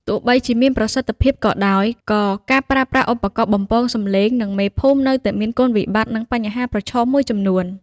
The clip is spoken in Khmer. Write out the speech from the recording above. ទោះបីជាមានប្រសិទ្ធភាពក៏ដោយ ក៏ការប្រើប្រាស់ឧបករណ៍បំពងសំឡេង និងមេភូមិនៅតែមាន គុណវិបត្តិ និងបញ្ហាប្រឈម មួយចំនួន។